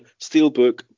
Steelbook